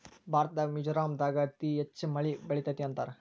ಭಾರತದಾಗ ಮಿಜೋರಾಂ ದಾಗ ಅತಿ ಹೆಚ್ಚ ಮಳಿ ಬೇಳತತಿ ಅಂತಾರ